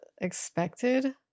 expected